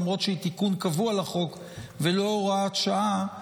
למרות שהיא תיקון קבוע לחוק ולא הוראת שעה,